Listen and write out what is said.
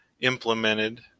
implemented